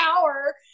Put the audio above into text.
power